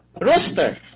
rooster